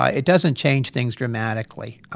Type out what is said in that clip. ah it doesn't change things dramatically.